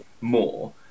more